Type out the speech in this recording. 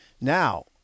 Now